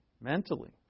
mentally